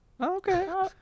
Okay